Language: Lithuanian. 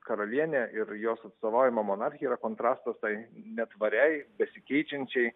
karalienė ir jos atstovaujama monarchija yra kontrastas tai netvariai besikeičiančiai